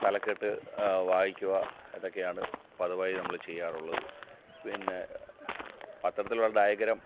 തലക്കെട്ട് വായിക്കുക അതൊക്കെയാണ് പതിവായി നമ്മൾ ചെയ്യാറുള്ളത് പിന്നെ പത്രത്തിലുള്ള ഡയഗ്രം